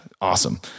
Awesome